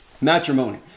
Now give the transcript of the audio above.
Matrimony